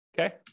okay